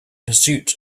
pursuit